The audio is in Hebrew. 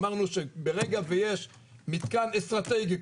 אמרנו שברגע שיש מתקן אסטרטגי,